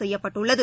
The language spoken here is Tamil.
செய்யப்பட்டுள்ளது